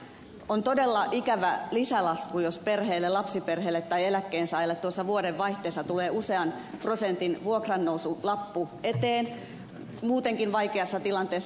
on todella ikävä lisälasku jos perheelle lapsiperheelle tai eläkkeensaajalle tuossa vuodenvaihteessa tulee usean prosentin vuokrannousulappu eteen muutenkin vaikeassa tilanteessa